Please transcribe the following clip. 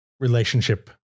relationship